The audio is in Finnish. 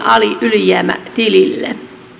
ylijäämätilille